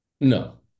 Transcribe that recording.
No